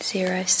Zero